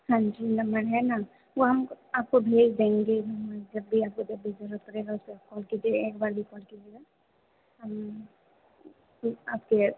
हाँ जी नंबर है ना वो हम आपको हम भेज देंगे नंबर जब भी आपको जब भी जरूरत पड़ेगा उस पर आप कॉल कीजिएगा एक बार भी कॉल कीजिएगा हम भी आपके